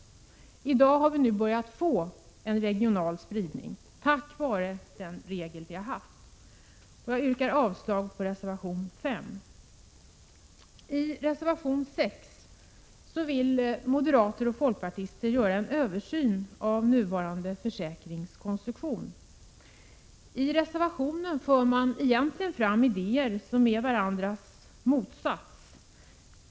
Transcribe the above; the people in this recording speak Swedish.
I dag har vi börjat få en regional spridning tack vare den här regeln. Jag yrkar avslag på reservation 5. Av reservation 6 framgår att moderater och folkpartister vill ha en översyn av den nuvarande försäkringens konstruktion. I reservationen för man fram idéer som egentligen är varandras motsats.